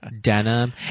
denim